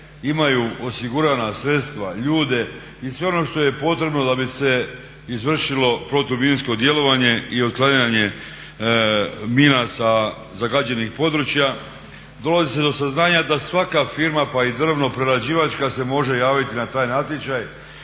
imaju osigurana sredstva, ljude i sve ono što je potrebno da bi se izvršilo protuminsko djelovanje i otklanjanje mina sa zagađenih područja. Dolazi se do saznanja da svaka firma pa i drvno prerađivačka se može javiti na taj natječaj